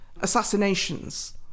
assassinations